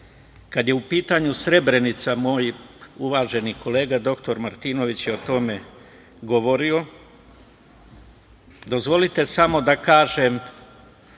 Kada je u pitanju Srebrenica, moj uvaženi kolega dr Martinović je o tome govorio, dozvolite samo da kažem